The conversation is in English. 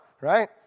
right